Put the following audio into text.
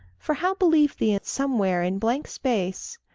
for how believe thee somewhere in blank space,